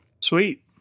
Sweet